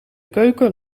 keuken